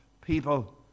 people